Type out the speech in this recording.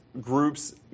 groups